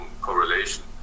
correlation